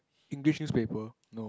English newspaper no